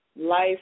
life